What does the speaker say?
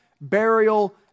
burial